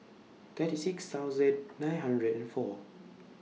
thirty six thousand nine hundred and four